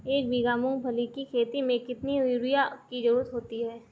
एक बीघा मूंगफली की खेती में कितनी यूरिया की ज़रुरत होती है?